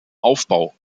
aufbau